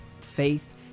faith